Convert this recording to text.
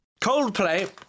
Coldplay